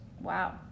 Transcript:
Wow